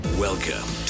Welcome